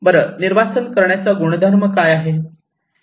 बरं निर्वासन करण्याच्या गुणधर्म काय आहे